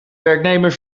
werknemer